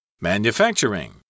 Manufacturing